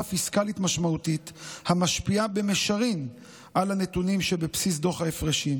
פיסקלית משמעותית המשפיעה במישרין על הנתונים שבבסיס דוח ההפרשים,